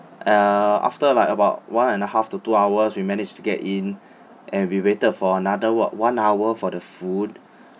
uh after like about one and a half to two hours we managed to get in and we waited for another one one hour for the food